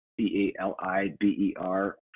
C-A-L-I-B-E-R